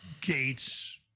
Gates